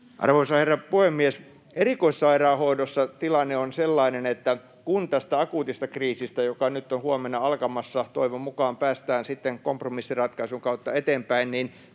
Arvoisa herra puhemies! Erikoissairaanhoidossa tilanne on sellainen, että kun tästä akuutista kriisistä, joka nyt on huomenna alkamassa, toivon mukaan päästään kompromissiratkaisun kautta eteenpäin, niin